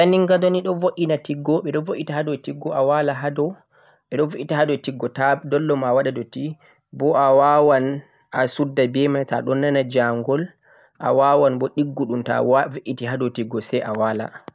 zannin gado ni do vo'ina tiggo beh do ve'ita hado tiggo ta dunlop ma wada dutti boh a wawan a sudda beh mai to'a do nana janghol a wawan bo diggudhum to'a ve'iti hado tiggo sai a wala